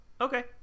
Okay